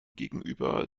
gegenüber